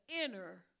inner